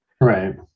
Right